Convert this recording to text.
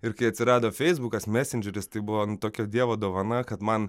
ir kai atsirado feisbukas mesendžeris tai buvo nu tokia dievo dovana kad man